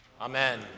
Amen